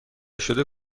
شده